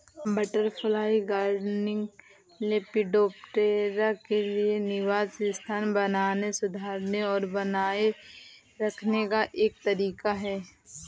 butterfly gardening, lepidoptera के लिए निवास स्थान बनाने, सुधारने और बनाए रखने का एक तरीका है